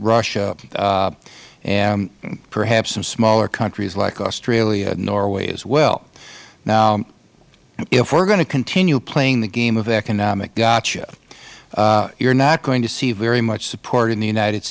russia and perhaps some smaller countries like australia and norway as well now if we are going to continue playing the game of economic gotcha you are not going to see very much support in the united